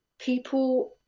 people